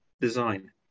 design